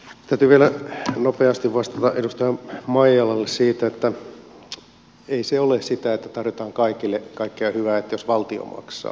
täytyy vielä nopeasti vastata edustaja maijalalle että ei se ole sitä että tarjotaan kaikille kaikkea hyvää jos valtio maksaa